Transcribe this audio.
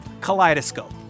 kaleidoscope